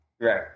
Right